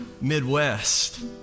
Midwest